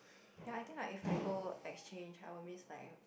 ya I think if I go exchange I will miss like